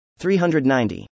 390